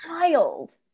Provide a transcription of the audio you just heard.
Wild